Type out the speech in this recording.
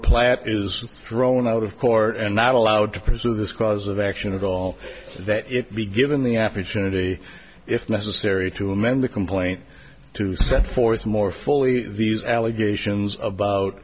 platt is thrown out of court and not allowed to pursue this cause of action at all that it be given the opportunity if necessary to amend the complaint to set forth more fully these allegations about